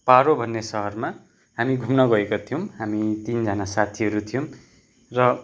पारो भन्ने सहरमा हामी घुम्न गएका थियौँ हामी तिनजना साथीहरू थियौँ र